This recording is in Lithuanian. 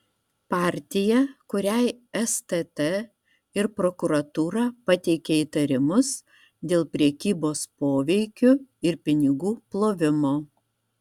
partija kuriai stt ir prokuratūra pateikė įtarimus dėl prekybos poveikiu ir pinigų plovimo